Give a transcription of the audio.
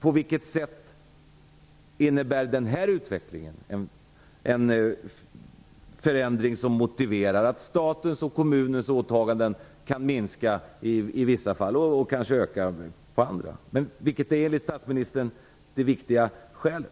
På vilket sätt innebär den här utvecklingen en förändring som motiverar att statens och kommuners åtaganden kan minska i vissa fall och kanske öka i andra? Vilket är enligt statsministern det viktiga skälet?